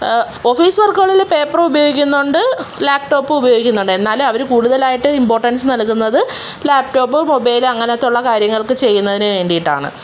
office വർക്കുകളിൽ പേപ്പറും ഉപയോഗിക്കുന്നുണ്ട് ലാപ്ടോപ്പും ഉപയോഗിക്കുന്നുണ്ട് എന്നാലും അവർ കൂടുതലായിട്ട് ഇമ്പോർട്ടൻസ് നൽകുന്നത് ലാപ്ടോപ്പ് മൊബൈൽ അങ്ങനത്തെ ഉള്ള കാര്യങ്ങൾക്ക് ചെയ്യുന്നതിന് വേണ്ടിയിട്ടാണ്